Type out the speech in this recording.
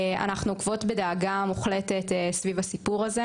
אנחנו עוקבות בדאגה מוחלטת סביב הסיפור הזה